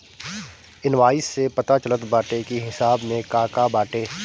invoice से पता चलत बाटे की हिसाब में का का बाटे